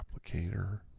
applicator